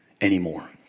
anymore